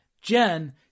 Jen